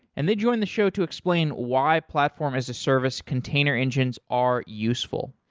and they join the show to explain why platform as a service container engines are useful.